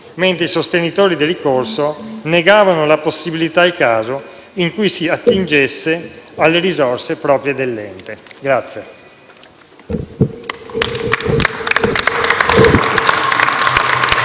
mentre i sostenitori del ricorso negavano la possibilità nel caso in cui si attingesse alle risorse proprie dell'ente.